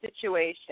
situation